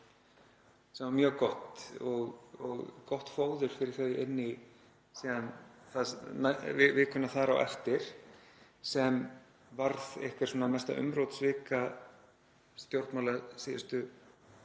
sem var mjög gott og gott fóður fyrir þau inn í vikuna þar á eftir sem var einhver mesta umrótsvika stjórnmála síðustu